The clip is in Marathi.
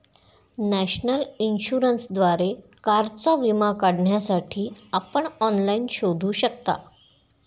नॅशनल इन्शुरन्सद्वारे कारचा विमा काढण्यासाठी आपण ऑनलाइन शोधू शकता